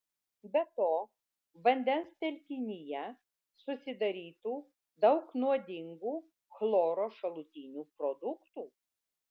be to vandens telkinyje susidarytų daug nuodingų chloro šalutinių produktų